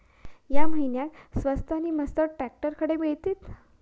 या महिन्याक स्वस्त नी मस्त ट्रॅक्टर खडे मिळतीत?